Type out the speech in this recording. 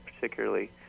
particularly